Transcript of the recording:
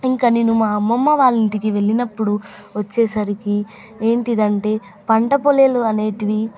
ఇంకా నేను మా అమ్మమ్మ వాళ్ళ ఇంటికి వెళ్ళినప్పుడు వచ్చేసరికి ఏంటంటే పంట పొలాలు అనేవి